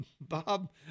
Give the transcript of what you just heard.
Bob